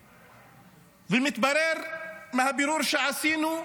ומתברר, מהבירור שעשינו,